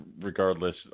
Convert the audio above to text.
regardless